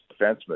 defenseman